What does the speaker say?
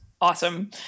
Awesome